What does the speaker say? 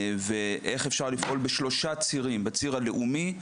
ואיך אפשר לפעול בשלושה צירים: בציר הלאומי,